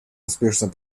успешное